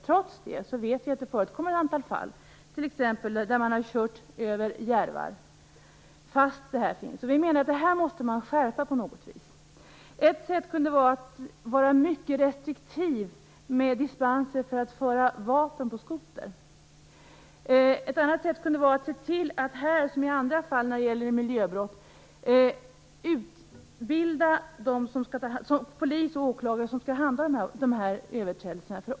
Trots det vet vi att det förekommit ett antal fall, t.ex. där man har kört över järvar, fast dessa regler finns. Det här måste man skärpa på något vis. Ett sätt kunde vara att vara mycket restriktiv med dispenser för att föra vapen på skoter. Ett annat sätt kunde vara att se till att här, liksom i andra fall när det gäller miljöbrott, utbilda polis och åklagare som skall handha de här överträdelserna.